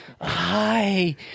hi